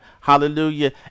Hallelujah